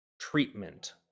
treatment